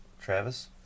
Travis